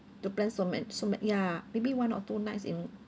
don't plan so man~ so man~ ya maybe one or two nights in